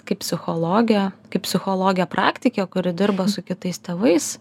kaip psichologė kaip psichologė praktikė kuri dirba su kitais tėvais